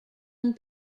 one